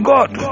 God